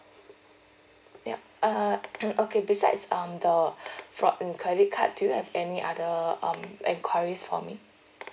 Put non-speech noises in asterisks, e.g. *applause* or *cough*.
yup err *noise* okay besides um the fraud in credit card do you have any other um enquiries for me